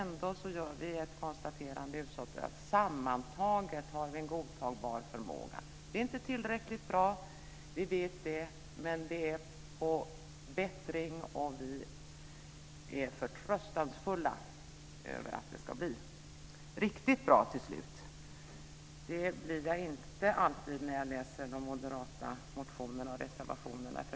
Utskottet konstaterar ändå att sammantaget har vi en godtagbar förmåga. Det är inte tillräckligt bra. Vi vet det. Men det är en bättring, och vi är förtröstansfulla över att det ska bli riktigt bra till slut. Det är jag inte alltid när jag läser de moderata motionerna och reservationerna.